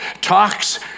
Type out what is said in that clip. talks